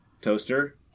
toaster